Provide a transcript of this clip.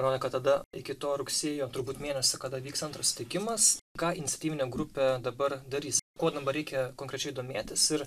rodo kad tada iki to rugsėjo turbūt mėnesio kada vyks antras susitikimas ką iniciatyvinė grupė dabar darys ko dabar reikia konkrečiai domėtis ir